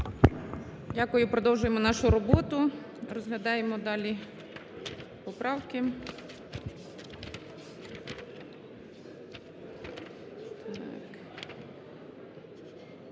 Дякую. Продовжуємо нашу роботу. Розглядаємо далі поправки.